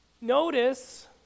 Notice